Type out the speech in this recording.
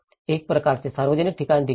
एक प्रकारचे सार्वजनिक ठिकाण देखील